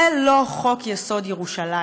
זה לא חוק-יסוד: ירושלים,